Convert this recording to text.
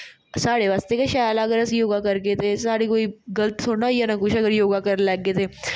साढ़े आस्तै गै शैल ऐ अगर अस योगा करगे ते साढ़े आस्तै कोई गल्त थोडे ना होई जाना कुछ अगर योगा करी लेगे ते